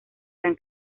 san